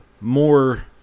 more